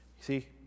See